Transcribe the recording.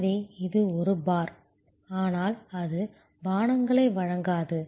எனவே இது ஒரு பார் ஆனால் அது பானங்களை வழங்காது